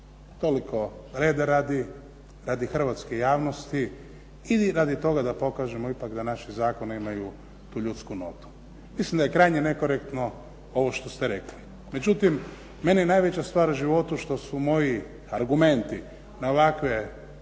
Toliko, reda radi, radi hrvatske javnosti ili radi toga da pokažemo ipak da naši zakoni imaju tu ljudsku notu. Mislim da je krajnje nekorektno ovo što ste rekli. Međutim, meni je najveća stvar u životu što su moji argumenti na ovakve